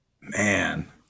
man